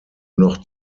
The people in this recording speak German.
noch